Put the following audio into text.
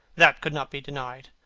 that could not be denied.